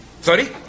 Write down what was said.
sorry